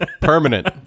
permanent